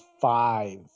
five